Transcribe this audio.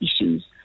issues